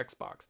Xbox